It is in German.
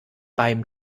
beim